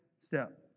step